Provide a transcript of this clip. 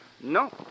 No